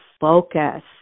focus